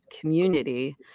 community